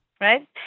Right